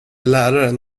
läraren